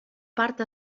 part